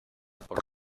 por